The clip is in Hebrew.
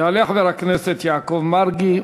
יעלה חבר הכנסת יעקב מרגי,